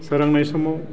सोरांनाय समाव